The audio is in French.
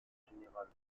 général